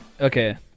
Okay